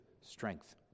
strength